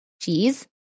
cheese